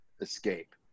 escape